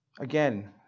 again